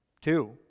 Two